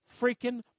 freaking